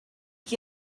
qui